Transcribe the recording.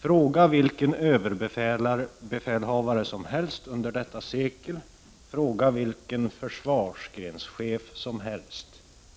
Fråga vilken överbefälhavare som helst under detta sekel, fråga vilken försvarsgrenschef som helst